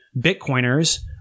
Bitcoiners